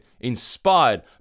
inspired